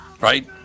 right